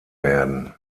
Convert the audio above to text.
werden